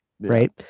Right